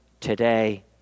today